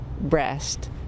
breast